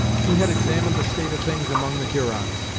he had examined the state of things among the hurons,